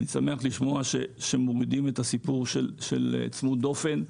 אני שמח לשמוע שמורידים את הסיפור של צמוד דופן.